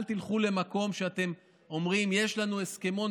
אל תלכו למקום שאתם אומרים: יש לנו הסכמון,